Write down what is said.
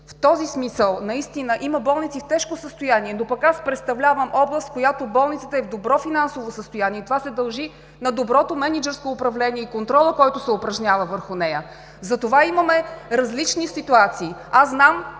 В този смисъл наистина има болници, които са в тежко състояние, но пък аз представлявам област, в която болницата е в добро финансово състояние и това се дължи на доброто мениджърско управление и контрола, който се упражнява върху нея. Затова имаме различни ситуации. Аз знам,